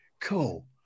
Cool